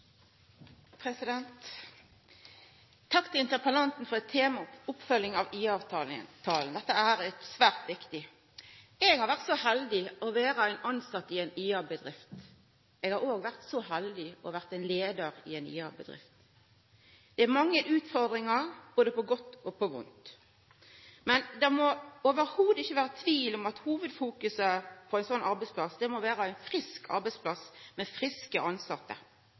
heldig å vera ein tilsett i ei IA-bedrift. Eg har òg vore så heldig å vera ein leiar i ei IA-bedrift. Det er mange utfordringar både på godt og på vondt, men det må absolutt ikkje vera tvil om at hovudfokuset for ein sånn arbeidsplass må vera ein frisk arbeidsplass med friske